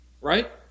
right